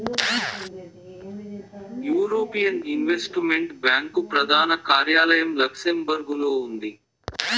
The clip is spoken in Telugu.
యూరోపియన్ ఇన్వెస్టుమెంట్ బ్యాంకు ప్రదాన కార్యాలయం లక్సెంబర్గులో ఉండాది